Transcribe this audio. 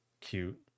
cute